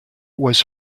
was